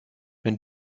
wenn